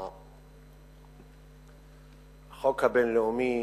החוק הבין-לאומי